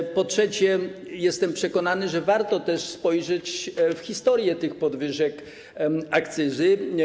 I, po trzecie, jestem przekonany, że warto też spojrzeć na historię tych podwyżek akcyzy.